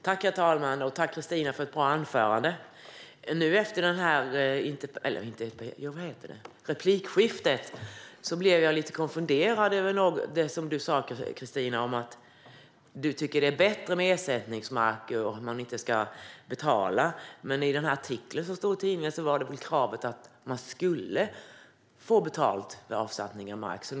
Herr talman! Tack, Kristina, för ett bra anförande! Efter det förra replikskiftet blev jag lite konfunderad över det som du sa, Kristina, att du tycker att det är bättre med ersättningsmarker och att man inte ska betala. Men i artikeln i tidningen var väl kravet att man skulle få betalt för avsättning av mark.